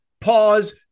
pause